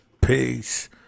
peace